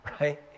right